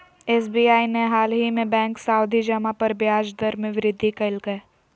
SBI ने हालही में बैंक सावधि जमा पर ब्याज दर में वृद्धि कइल्कय